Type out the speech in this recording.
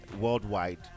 worldwide